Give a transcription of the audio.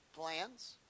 plans